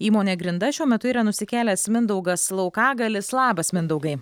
įmonę grinda šiuo metu yra nusikėlęs mindaugas laukagalis labas mindaugai